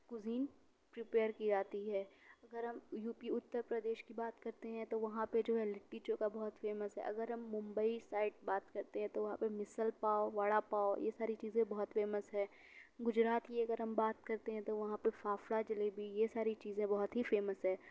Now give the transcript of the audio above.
cuisine prepare کی جاتی ہے اگر ہم یو پی اترپردیش کی بات کرتے ہیں تو وہاں پہ جو ہے لٹی چوکھا بہت فیمس ہے اگر ہم ممبئی سائٹ بات کرتے ہیں تو وہاں پہ مسل پاؤ وڑا پاؤ یہ ساری چیزیں بہت فیمس ہے گجرات کی اگر ہم بات کرتے ہیں تو وہاں پہ فافڑا جلیبی یہ ساری چیزیں بہت ہی فیمس ہے